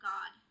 God